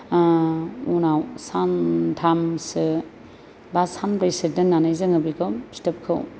उनाव सानथामसो बा सानब्रैसो दोननानै जोङो बेखौ फिथोबखौ